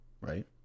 right